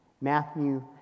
Matthew